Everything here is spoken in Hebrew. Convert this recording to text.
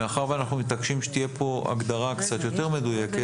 מאחר ואנחנו מתעקשים שתהיה פה הגדרה קצת יותר מדויקת,